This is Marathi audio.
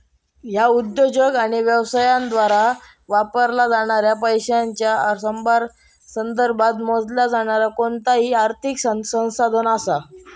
ह्या उद्योजक आणि व्यवसायांद्वारा वापरला जाणाऱ्या पैशांच्या संदर्भात मोजला जाणारा कोणताही आर्थिक संसाधन असा